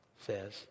says